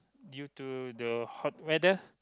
due to the hot weather